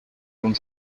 uns